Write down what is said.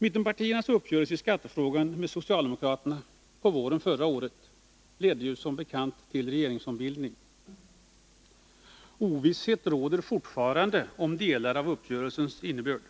Mittenpartiernas uppgörelse i skattefrågan med socialdemokraterna på våren förra året ledde ju som bekant till regeringsombildning. Ovisshet råder fortfarande om delar av uppgörelsens innebörd.